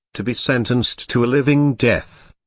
to be sentenced to a living death.